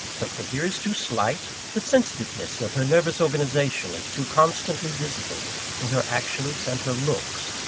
her figure is too slight, the sensitiveness of her nervous organization is too constantly visible in her actions and her looks.